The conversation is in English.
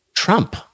Trump